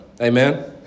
Amen